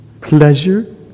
pleasure